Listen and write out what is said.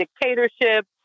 dictatorship